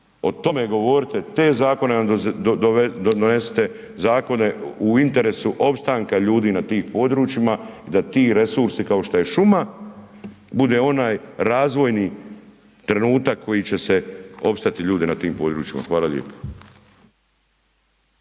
O tome govorite, te zakone nam donesite, zakone u interesu opstanka ljudi na tim područjima i da ti resursi kao što je šuma bude onaj razvojni trenutak koji će se opstati ljudi na tim područjima. Hvala lijepa.